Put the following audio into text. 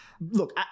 Look